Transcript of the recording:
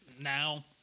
now